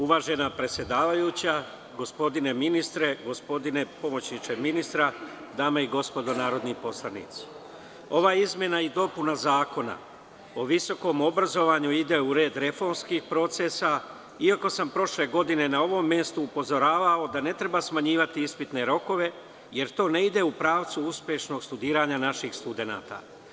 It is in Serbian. Uvažena predsedavajuća, gospodine ministre, gospodine pomoćniče ministra, dame i gospodo narodni poslanici, ova izmena i dopuna Zakona o visokom obrazovanju ide u red reformskih procesa, iako sam prošle godine na ovom mestu upozoravao da ne treba smanjivati ispitne rokove, jer to ne ide u pravcu uspešnog studiranja naših studenata.